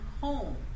home